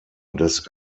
des